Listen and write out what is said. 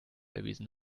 erwiesen